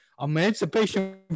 Emancipation